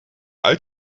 uit